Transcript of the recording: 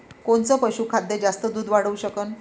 कोनचं पशुखाद्य जास्त दुध वाढवू शकन?